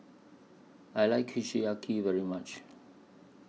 I like Kushiyaki very much